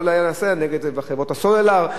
נגד חברות הסלולר,